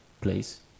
place